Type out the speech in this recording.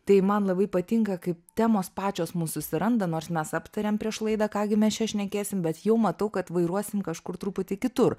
tai man labai patinka kaip temos pačios mus susiranda nors mes aptariam prieš laidą ką gi mes čia šnekėsim bet jau matau kad vairuosim kažkur truputį kitur